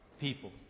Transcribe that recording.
people